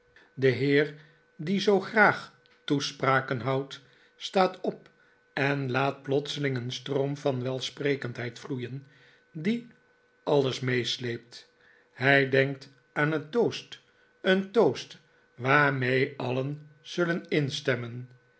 de heer die zoo graag toespraken houdt staat op en laat plotseling een stroom van welsprekendheid vloeien die alles meesleept hij denkt aan een toast een toast waarmee alien zullen instemmen